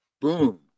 Boom